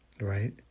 right